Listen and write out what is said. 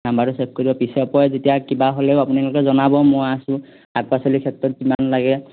নাম্বাৰটো চেভ কৰি থ'ব পিছে পৰে যেতিয়া কিবা হ'লেও আপোনালোকে জনাব মই আছোঁ শাক পাচলিৰ ক্ষেত্ৰত যিমান লাগে